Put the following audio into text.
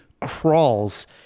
crawls